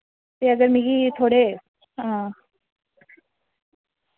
ते अगर मिगी थोह्ड़े हां